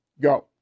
Go